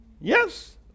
Yes